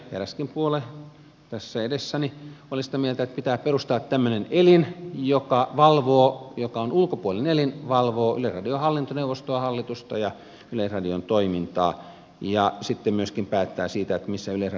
eräskin puolue tässä edessäni oli sitä mieltä että pitää perustaa tämmöinen elin joka on ulkopuolinen elin joka valvoo yleisradion hallintoneuvostoa hallitusta ja yleisradion toimintaa ja sitten myöskin päättää siitä missä yleisradion toiminnan rajat ovat